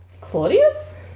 Claudius